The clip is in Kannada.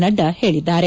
ನಡ್ಡಾ ಹೇಳಿದ್ದಾರೆ